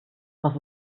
was